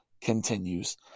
continues